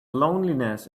loneliness